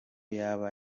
yaba